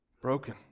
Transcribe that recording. broken